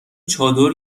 چادر